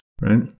right